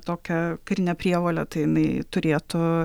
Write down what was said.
tokią karinę prievolę tai jinai turėtų